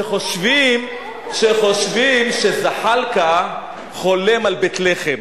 שחושבים שזחאלקה חולם על בית-לחם.